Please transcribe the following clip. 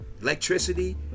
electricity